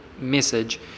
message